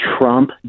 Trump